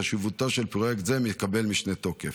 חשיבותו של פרויקט זה מקבלת משנה תוקף.